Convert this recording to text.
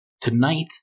Tonight